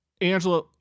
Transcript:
Angela